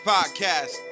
Podcast